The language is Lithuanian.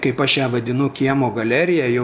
kaip aš ją vadinu kiemo galerija jau